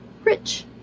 Rich